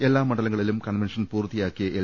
എല്ലാ മണ്ഡലങ്ങളിലും കൺവെൻഷൻ പൂർത്തിയാക്കിയ എൽ